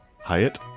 Hyatt